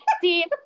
see